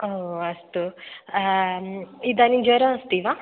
ओ अस्तु इदानीं ज्वरः अस्ति वा